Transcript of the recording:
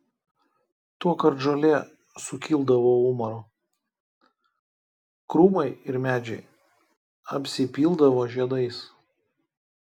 tuokart žolė sukildavo umaru krūmai ir medžiai apsipildavo žiedais